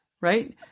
Right